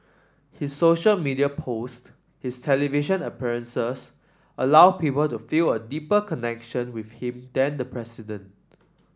his social media posts his television appearances allow people to feel a deeper connection with him than the president